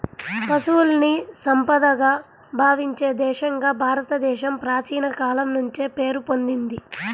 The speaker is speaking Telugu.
పశువుల్ని సంపదగా భావించే దేశంగా భారతదేశం ప్రాచీన కాలం నుంచే పేరు పొందింది